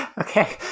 Okay